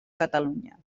catalunya